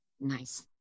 nice